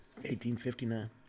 1859